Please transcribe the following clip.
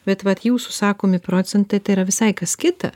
bet vat jūsų sakomi procentai tai yra visai kas kita